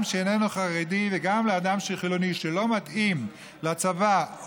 שאיננו חרדי וגם לאדם חילוני שלא מתאים לצבא,